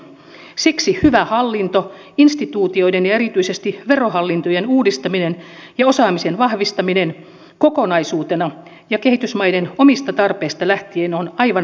siksi hyvä hallinto instituutioiden ja erityisesti verohallintojen uudistaminen ja osaamisen vahvistaminen kokonaisuutena ja kehitysmaiden omista tarpeista lähtien on aivan välttämätöntä